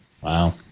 Wow